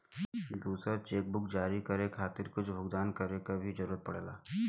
दूसर चेकबुक जारी करे खातिर कुछ भुगतान करे क भी जरुरत पड़ेला